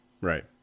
Right